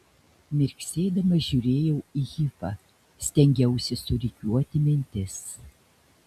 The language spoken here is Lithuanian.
mirksėdama žiūrėjau į hifą stengiausi surikiuoti mintis